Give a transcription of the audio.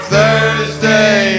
Thursday